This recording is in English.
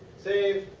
save.